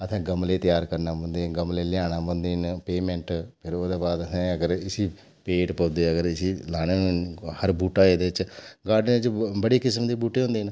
असें गमले त्यार करना पौंदे गमले लेयाने पौंदे न पेमेंट फिर ओह्दे बाद अगर असें इसी पेड़ पौधे अगर लाने होन हर बूह्टा एह्दे च गॉर्डन च केईं किस्म दे बूह्टे होंदे न